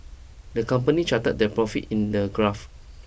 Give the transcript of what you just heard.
the company charted their profits in the graph